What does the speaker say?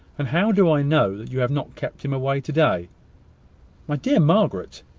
and how do i know that you have not kept him away to-day? my dear margaret!